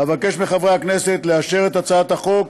אבקש מחברי הכנסת לאשר את הצעת החוק